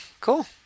cool